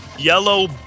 yellow